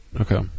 Okay